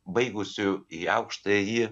baigusių į aukštąjį